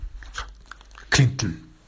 Clinton